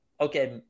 okay